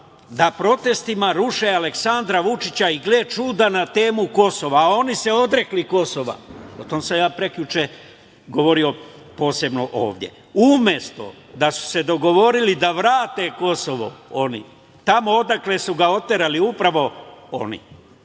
da protestima ruše Aleksandra Vučića i, gle čuda, na temu Kosova, a oni se odrekli Kosova, o tome sam ja prekjuče govorio posebno ovde, umesto da su se dogovorili da vrate Kosovo tamo odakle su ga oterali upravo